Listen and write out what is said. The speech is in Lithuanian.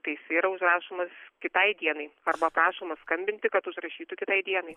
tai jisai yra užrašomas kitai dienai arba prašoma skambinti kad užrašytų kitai dienai